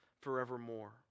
forevermore